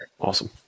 Awesome